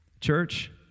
Church